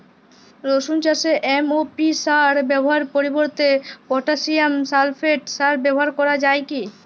রসুন চাষে এম.ও.পি সার ব্যবহারের পরিবর্তে পটাসিয়াম সালফেট সার ব্যাবহার করা যায় কি?